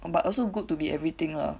oh but also good to be everything lah